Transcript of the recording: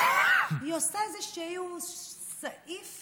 היא עושה איזשהו סעיף